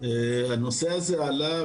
הנושא הזה עלה,